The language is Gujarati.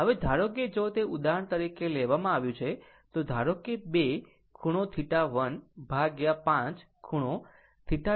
હવે ધારો કે જો તે ઉદાહરણ તરીકે આપવામાં આવ્યું છે તો ધારો કે 2 ખૂણો θ1 ભાગ્યા 5 ખૂણો θ2